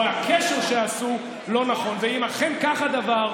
או הקשר שעשו לא נכון, ואם אכן כך הדבר,